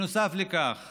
נוסף לכך